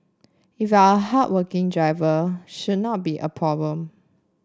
if you're a hardworking driver should not be a problem